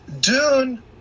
Dune